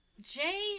Jay